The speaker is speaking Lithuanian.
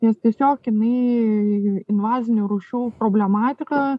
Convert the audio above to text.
nes tiesiog jinai invazinių rūšių problematika